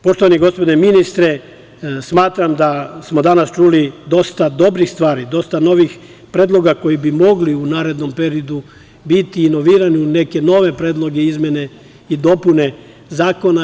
Poštovani gospodine ministre, smatram da smo danas čuli dosta dobrih stvari, dosta novih predloga koji bi mogli u narednom periodu biti inovirani u neke nove predloge, izmene i dopune zakona.